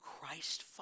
Christ